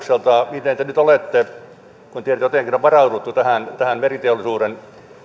miten te nyt olette varautuneet kun tietenkin jotenkin on varauduttu tähän tähän meriteollisuuden